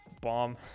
bomb